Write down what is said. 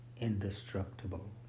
indestructible